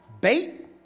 bait